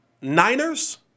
Niners